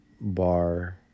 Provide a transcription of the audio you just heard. Bar